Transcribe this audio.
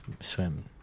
swim